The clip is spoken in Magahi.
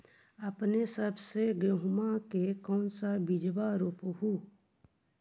अपने सब गेहुमा के कौन सा बिजबा रोप हू?